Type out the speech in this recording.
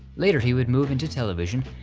later he would move into television,